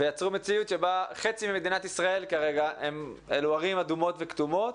ויצרו מציאות שבה חצי ממדינת ישראל כרגע אלו ערים אדומות וכתומות.